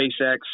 SpaceX